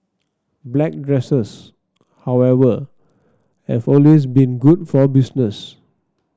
black dresses however have always been good for business